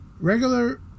regular